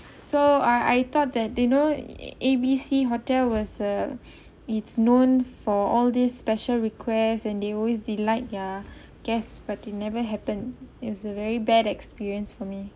so our I thought that they know A B C hotel was a it's known for all this special request and they always delight their guests but it never happen it a very bad experience for me